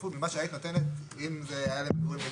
כפול למה שהיית נותנת אם זה היה לפרויקט רגיל.